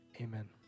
amen